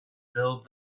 build